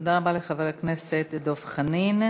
תודה רבה לחבר הכנסת דב חנין.